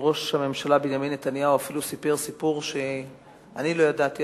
ראש הממשלה בנימין נתניהו אפילו סיפר סיפור שאני לא ידעתי,